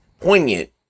poignant